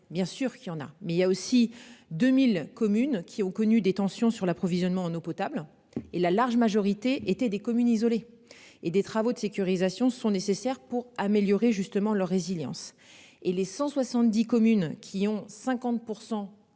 Bien sûr qu'il y en a mais il y a aussi 2000 communes qui ont connu des tensions sur l'approvisionnement en eau potable et la large majorité était des communes isolées et des travaux de sécurisation sont nécessaires pour améliorer justement leur résilience et les 170 communes qui ont 50%